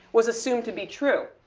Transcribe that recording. was assumed to be true.